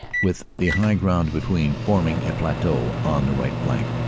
with the high ground between, forming a plateau on the right flank,